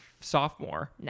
sophomore